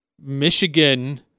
Michigan